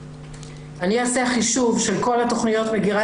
אני אעשה חישוב של כל התכניות מגירה